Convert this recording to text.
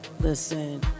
Listen